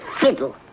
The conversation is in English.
Fiddle